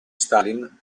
stalin